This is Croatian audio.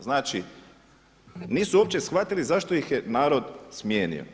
Znači, nisu uopće shvatili zašto ih je narod smijenio.